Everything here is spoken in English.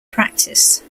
practice